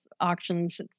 auctions